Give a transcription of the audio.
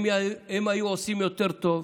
הם היו עושים יותר טוב,